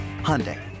Hyundai